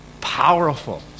powerful